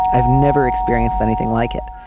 i've never experienced anything like it.